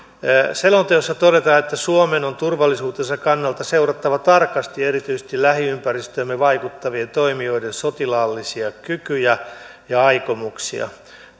selonteoissa todetaan että suomen on turvallisuutensa kannalta seurattava tarkasti erityisesti lähiympäristöömme vaikuttavien toimijoiden sotilaallisia kykyjä ja aikomuksia